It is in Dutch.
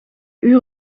uren